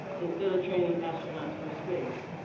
instead of training astronauts for space,